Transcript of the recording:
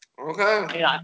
Okay